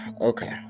Okay